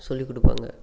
சொல்லி கொடுப்பாங்க